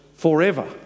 forever